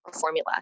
formula